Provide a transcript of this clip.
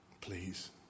Please